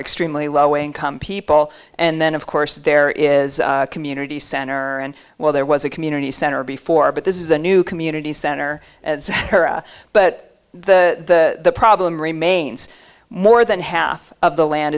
extremely low income people and then of course there is a community center and well there was a community center before but this is a new community center but the problem remains more than half of the land